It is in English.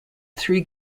three